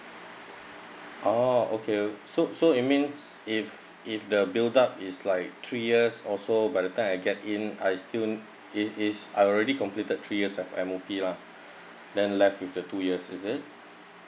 oh okay so so it means if if the build up is like three years also by the time I get in I still it is I already completed three years of M_O_P lah then left with the two years is it